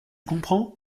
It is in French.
comprends